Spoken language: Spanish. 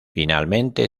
finalmente